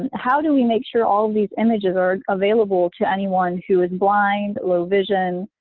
how do we make sure all these images are available to anyone who is blind, low vision,